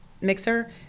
mixer